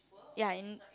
ya and